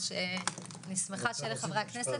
אני שמחה שאלה חברי הכנסת,